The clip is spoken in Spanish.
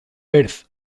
perth